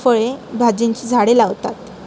फळे भाज्यांची झाडे लावतात